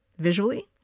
visually